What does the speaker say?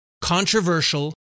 controversial